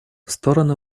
стороны